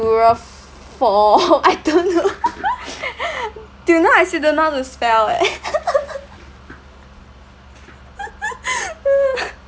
form I don't know till now I still don't know how to spell eh